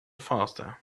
faster